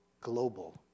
global